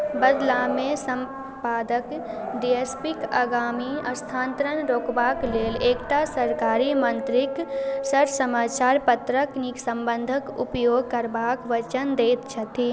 बदलामे सम्पादक D S P के आगामी स्थानान्तरण रोकबा लेल एकटा सरकारी मन्त्रीके सर समाचार पत्रके नीक सम्बन्धके उपयोग करबाके वचन दैत छथिन